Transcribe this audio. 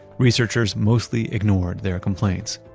researchers mostly ignored their complaints.